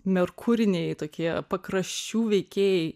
merkuriniai tokie pakraščių veikėjai